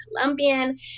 Colombian